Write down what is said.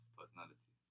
personality